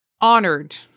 honored